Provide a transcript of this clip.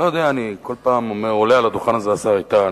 כל פעם אני אומר, עולה על הדוכן השר איתן